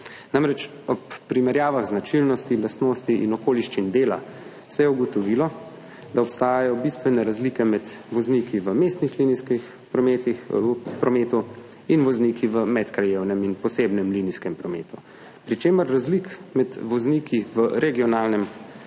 Namreč, ob primerjavah značilnosti, lastnosti in okoliščin dela se je ugotovilo, da obstajajo bistvene razlike med vozniki v mestnem linijskem prometu in vozniki v medkrajevnem in posebnem linijskem prometu, pri čemer razlik med vozniki v regionalnem